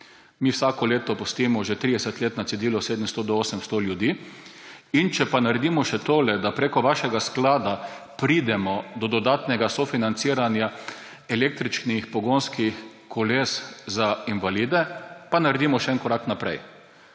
Mi vsako leto pustimo na cedilu 700 do 800 ljudi že 30 let, in če naredimo še tole, da prek vašega sklada pridemo do dodatnega sofinanciranja električnih pogonskih koles za invalide, naredimo še en korak naprej.